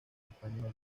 española